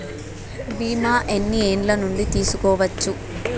బీమా ఎన్ని ఏండ్ల నుండి తీసుకోవచ్చు?